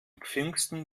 pfingsten